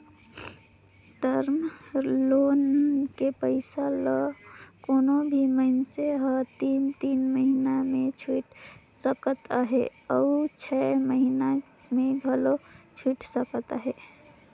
term loan के पइसा ल कोनो मइनसे हर तीन तीन महिना में छुइट सकत अहे अउ छै महिना में घलो छुइट सकत अहे